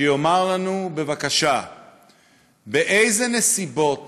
שיאמר לנו בבקשה באיזה נסיבות